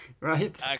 Right